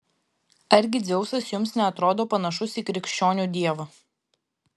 argi dzeusas jums neatrodo panašus į krikščionių dievą